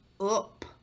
up